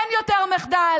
אין יותר מחדל,